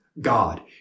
God